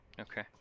Okay